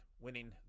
winning